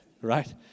Right